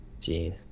Jeez